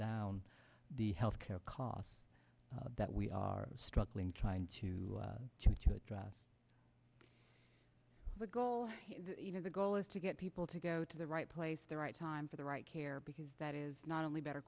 down the health care costs that we are struggling trying to drive the goal the goal is to get people to go to the right place the right time for the right care because that is not only better